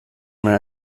mehr